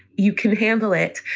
you can handle it,